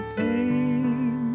pain